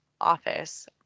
Office